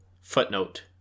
footnote